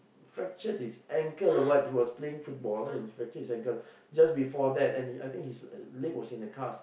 fractured his ankle or what he was playing football and fractured his ankle just before that and he I think his leg was in a cast